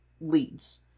leads